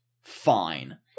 fine